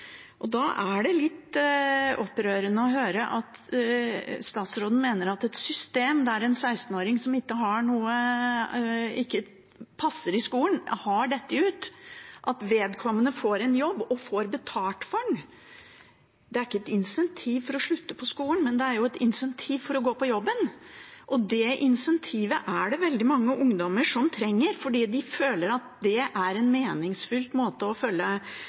og da er det litt opprørende å høre hva statsråden mener om et system der en 16-åring som ikke passer i skolen og har falt ut, får en jobb og får betalt for den. Det er ikke et insentiv for å slutte på skolen, men det er et insentiv for å gå på jobb, og det insentivet er det veldig mange ungdommer som trenger, fordi de føler at det er en meningsfull måte å